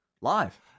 live